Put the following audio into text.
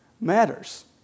matters